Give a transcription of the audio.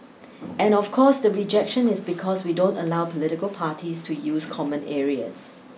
and of course the rejection is because we don't allow political parties to use common areas